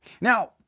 Now